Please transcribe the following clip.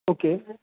okay